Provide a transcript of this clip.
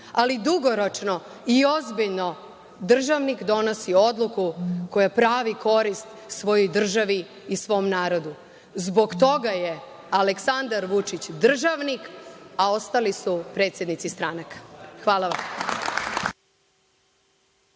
ali dugoročno i ozbiljno državnik donosi odluku koja pravi korist svojoj državi i svom narodu. Zbog toga je Aleksandar Vučić državnik, a ostali su predsednici stranaka. Hvala